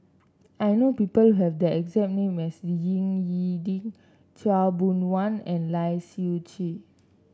I know people who have the exact name as Ying E Ding Khaw Boon Wan and Lai Siu Chiu